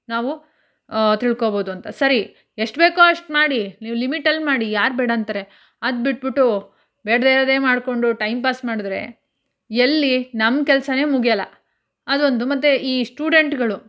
ನಾವು ತಿಳ್ಕೊಳ್ಬೋದು ಅಂತ ಸರಿ ಎಷ್ಟು ಬೇಕೋ ಅಷ್ಟು ಮಾಡಿ ನೀವು ಲಿಮಿಟಲ್ಲಿ ಮಾಡಿ ಯಾರು ಬೇಡ ಅಂತಾರೆ ಅದ್ಬಿಟ್ಬಿಟ್ಟು ಬೇಡದೇ ಇರೋದೇ ಮಾಡಿಕೊಂಡು ಟೈಮ್ ಪಾಸ್ ಮಾಡಿದರೆ ಎಲ್ಲಿ ನಮ್ಮ ಕೆಲಸನೇ ಮುಗಿಯೋಲ್ಲ ಅದೊಂದು ಮತ್ತು ಸ್ಟೂಡೆಂಟ್ಗಳು